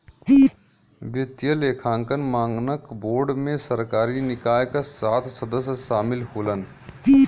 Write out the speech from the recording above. वित्तीय लेखांकन मानक बोर्ड में सरकारी निकाय क सात सदस्य शामिल होलन